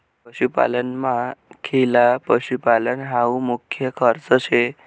पशुपालनमा खिला पशुपालन हावू मुख्य खर्च शे